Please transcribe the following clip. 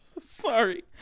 Sorry